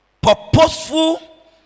Purposeful